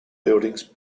buildings